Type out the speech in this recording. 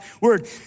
word